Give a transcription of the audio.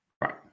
right